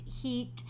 heat